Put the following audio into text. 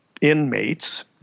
inmates